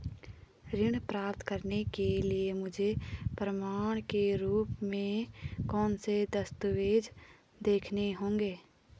ऋण प्राप्त करने के लिए मुझे प्रमाण के रूप में कौन से दस्तावेज़ दिखाने होंगे?